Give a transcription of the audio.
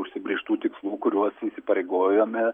užsibrėžtų tikslų kuriuos įsipareigojome